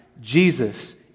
Jesus